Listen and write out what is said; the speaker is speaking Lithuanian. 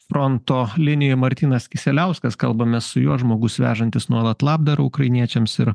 fronto linija martynas kisieliauskas kalbame su juo žmogus vežantis nuolat labdarą ukrainiečiams ir